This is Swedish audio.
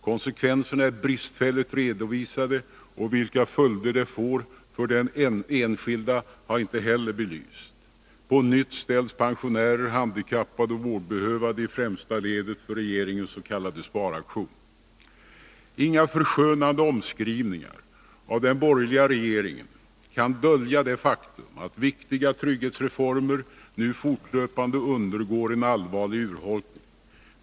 Konsekvenserna är bristfälligt redovisade, och vilka följder det får för de enskilda har inte heller belysts. På nytt ställs pensionärer, handikappade och vårdbehövande i främsta ledet för regeringens s.k. sparaktion. Inga förskönande omskrivningar av den borgerliga regeringen kan dölja det faktum att viktiga trygghetsreformer nu fortlöpande undergår en allvarlig urholkning.